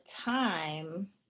time